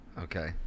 Okay